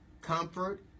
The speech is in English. comfort